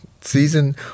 season